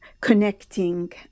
connecting